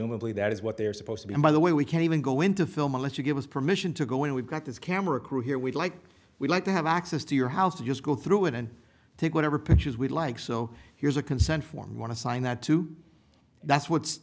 presumably that is what they're supposed to be and by the way we can't even go into film unless you give us permission to go in we've got this camera crew here we'd like we'd like to have access to your house to just go through it and take whatever pictures we'd like so here's a consent form and want to sign that too that's what's